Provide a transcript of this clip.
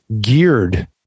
geared